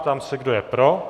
Ptám se, kdo je pro.